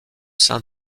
sein